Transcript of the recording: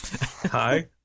Hi